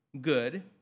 good